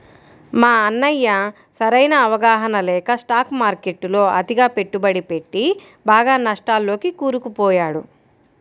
మా అన్నయ్య సరైన అవగాహన లేక స్టాక్ మార్కెట్టులో అతిగా పెట్టుబడి పెట్టి బాగా నష్టాల్లోకి కూరుకుపోయాడు